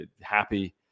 Happy